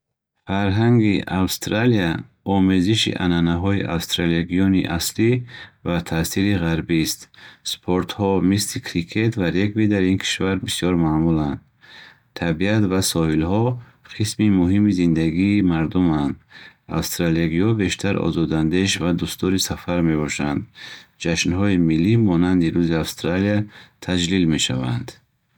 Фарҳанги Австралия омезиши анъанаҳои австралиягиёни аслӣ ва таъсири ғарбист. Спортҳо мисли крикет ва регби дар ин кишвар бисёр маъмуланд. Табиат ва соҳилҳо қисми муҳими тарзи зиндагии мардуманд. Австралиягиҳо бештар озодандеш ва дӯстдори сафар мебошанд. Ҷашнҳои миллӣ монанди Рӯзи Австралия таҷлил мешаванд.